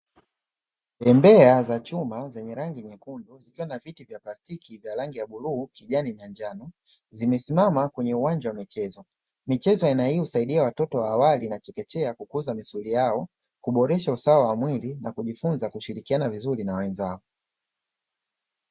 Bembea za chuma zenye rangi nyekundu, zikiwa na viti vya plastiki vya rangi ya bluu, kijani na njano, zimesimama kwenye uwanja wa michezo. Michezo ya aina hii husaidia watoto wa awali na chekechea kukuza misuli yao, kuboresha usawa wa mwili na kujifunza kushirikiana vizuri na wenzao.